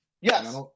Yes